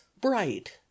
bright